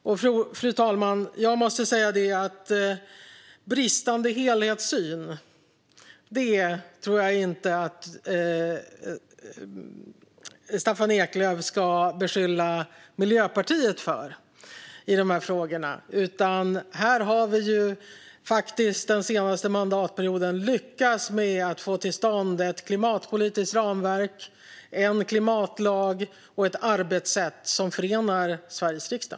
Jag måste säga, fru talman, att bristande helhetssyn tror jag inte att Staffan Eklöf ska beskylla Miljöpartiet för i de här frågorna. Här har vi faktiskt den senaste mandatperioden lyckats med att få till stånd ett klimatpolitiskt ramverk, en klimatlag och ett arbetssätt som förenar Sveriges riksdag.